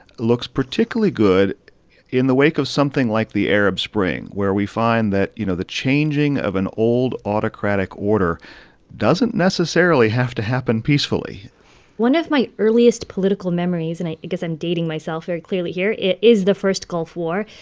looks particularly good in the wake of something like the arab spring, where we find that, you know, the changing of an old autocratic order doesn't necessarily have to happen peacefully one of my earliest political memories and i guess i'm dating myself very clearly here is the first gulf war.